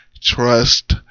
Trust